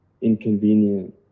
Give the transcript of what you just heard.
inconvenient